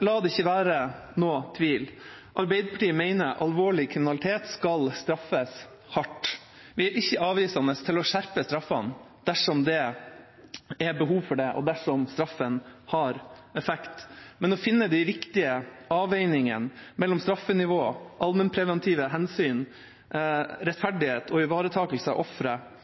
La det ikke være noen tvil: Arbeiderpartiet mener alvorlig kriminalitet skal straffes hardt. Vi er ikke avvisende til å skjerpe straffene dersom det er behov for det, og dersom straffen har effekt. Men å finne de riktige avveiningene mellom straffenivå, allmennpreventive hensyn, rettferdighet og ivaretakelse av